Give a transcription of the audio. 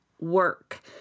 work